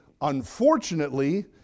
Unfortunately